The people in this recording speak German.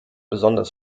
besonders